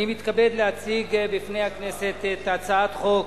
אני מתכבד להציג בפני הכנסת את הצעת חוק